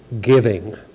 giving